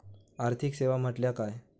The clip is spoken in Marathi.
आर्थिक सेवा म्हटल्या काय?